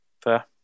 Fair